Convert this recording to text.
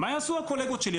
מה יעשו הקולגות שלי,